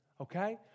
okay